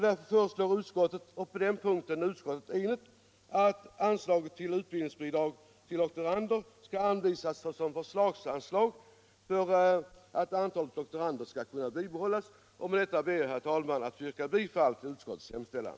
Därför föreslår utskottet — och på den punkten är utskottet enigt — att anslaget till utbildningsbidrag till doktorander skall anvisas såsom förslagsanslag, så att antalet doktorander skall kunna bibehållas. Med detta ber jag, herr talman, att få yrka bifall till utskottets hemställan.